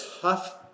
tough